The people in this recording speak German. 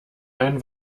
einen